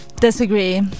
Disagree